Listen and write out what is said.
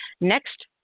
Next